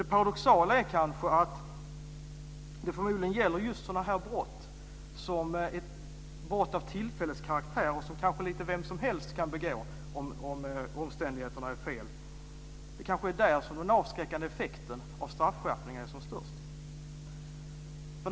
Det paradoxala är kanske att det förmodligen gäller just sådana här brott, brott av tillfälleskaraktär som lite vem som helst kan begå om omständigheterna är fel. Det kanske är där den avskräckande effekten av en straffskärpning är som störst.